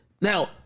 now